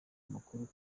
amakuru